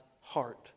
heart